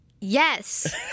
Yes